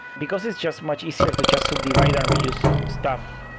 because it's just much easier to just subdivide and reuse stuff.